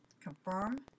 confirm